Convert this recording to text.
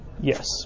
yes